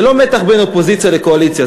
זה לא מתח בין אופוזיציה לקואליציה,